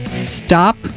Stop